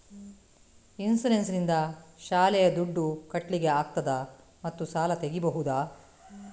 Insurance ನಿಂದ ಶಾಲೆಯ ದುಡ್ದು ಕಟ್ಲಿಕ್ಕೆ ಆಗ್ತದಾ ಮತ್ತು ಸಾಲ ತೆಗಿಬಹುದಾ?